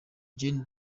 gen